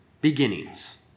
beginnings